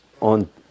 on